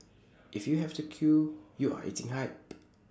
if you have to queue you are eating hype